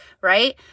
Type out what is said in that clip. right